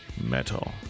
Metal